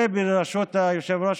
ברשות היושב-ראש,